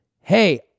Hey